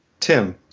Tim